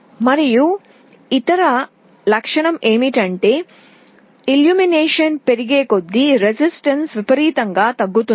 మరియు ఇతర ఆస్తి ఏమిటంటే ప్రకాశం పెరిగేకొద్దీ ప్రతిఘటన విపరీతంగా తగ్గుతుంది